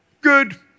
good